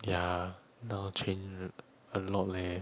ya now training a lot leh